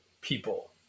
people